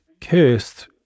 cursed